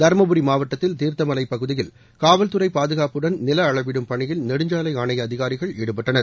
தருமபுரி மாவட்டத்தில் தீர்த்தமலைப்பகுதியில் காவல்துறை பாதுகாப்புடன் நில அளவிடும் பணியில் நெடுஞ்சாலை ஆணைய அதிகாரிகள் ஈடுபட்டனர்